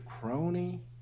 crony